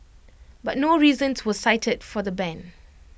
but no reasons were cited for the ban